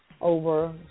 over